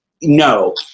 No